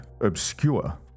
obscure